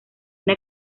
una